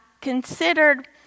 considered